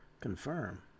confirm